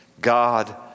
God